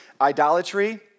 idolatry